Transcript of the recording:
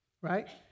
right